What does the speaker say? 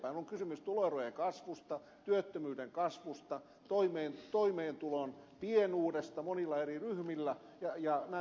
on kysymys tuloerojen kasvusta työttömyyden kasvusta toimeentulon pienuudesta monilla eri ryhmillä näistä kysymyksistä